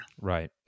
Right